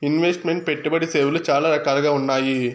invest meant పెట్టుబడి సేవలు చాలా రకాలుగా ఉన్నాయి